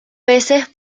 veces